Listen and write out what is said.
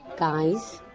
guys,